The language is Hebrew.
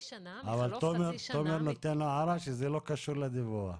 שנה -- אבל תומר מעיר שזה לא קשור לדיווח.